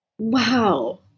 Wow